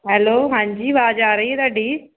hello ਹਾਂਜੀ ਆਵਾਜ਼ ਆ ਰਹੀ ਆ ਤੁਹਾਡੀ